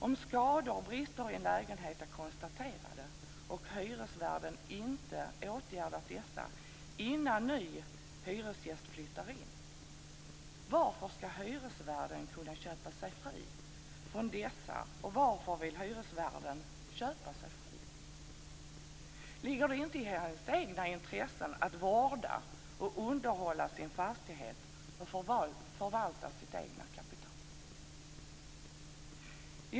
Om skador och brister i en lägenhet är konstaterade och hyresvärden inte åtgärdat dessa innan ny hyresgäst flyttar in, varför skall hyresvärden kunna köpa sig fri från dessa? Och varför vill hyresvärden köpa sig fri? Ligger det inte i hans egna intressen att vårda och underhålla sin fastighet och förvalta sitt kapital?